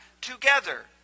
together